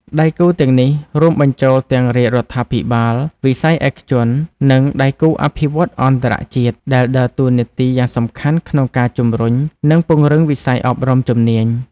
ដៃគូទាំងនេះរួមបញ្ចូលទាំងរាជរដ្ឋាភិបាល វិស័យឯកជន និងដៃគូអភិវឌ្ឍន៍អន្តរជាតិ ដែលដើរតួនាទីយ៉ាងសំខាន់ក្នុងការជំរុញ និងពង្រឹងវិស័យអប់រំជំនាញ។